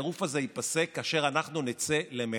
הטירוף הזה ייפסק כאשר אנחנו נצא למחאה.